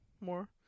more